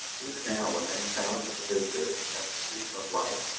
even now when many thousands of visitors have sent a stream of life,